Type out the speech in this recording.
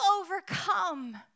overcome